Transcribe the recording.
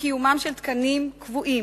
בקיומם של תקנים קבועים,